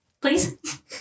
Please